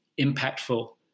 impactful